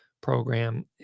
program